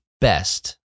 best